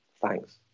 Thanks